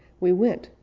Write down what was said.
we went,